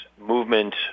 movement